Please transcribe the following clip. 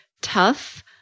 tough